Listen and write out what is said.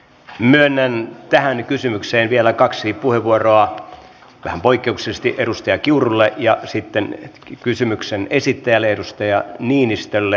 myönnän tähän kysymykseen vielä kaksi puheenvuoroa vähän poikkeuksellisesti edustaja kiurulle ja sitten kysymyksen esittäjälle edustaja niinistölle